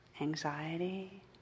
anxiety